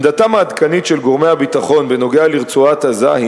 עמדתם העדכנית של גורמי הביטחון בעניין רצועת-עזה היא